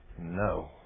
no